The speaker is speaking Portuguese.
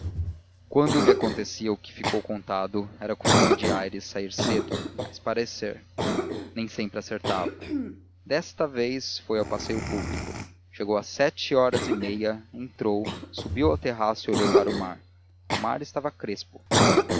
quando lhe acontecia o que ficou contado era costume de aires sair cedo a espairecer nem sempre acertava desta vez foi ao passeio público chegou às sete horas e meia entrou subiu ao terraço e olhou para o mar o mar estava crespo